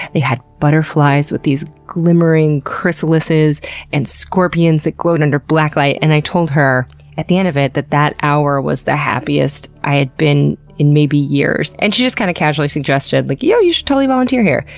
they had butterflies with these glimmering chrysalises chrysalises and scorpions that glow and under black light. and i told her at the end of it, that that hour was the happiest i had been in, maybe, years. and she just kind of casually suggested, like yo, you should totally volunteer here.